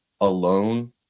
alone